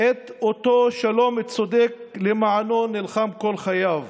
את אותו שלום צודק שלמענו נלחם כל חייו